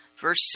Verse